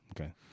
Okay